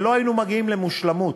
ולא היינו מגיעים למושלמות,